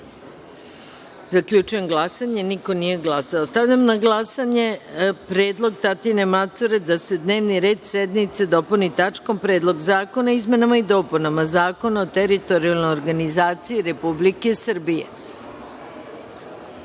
Macura. Zaključujem glasanje: niko nije glasao. Stavljam na glasanje predlog Tatjane Macure da se dnevni red sednice dopuni tačkom – Predlog zakona o izmenama i dopunama Zakona o teritorijalnoj organizaciji Republike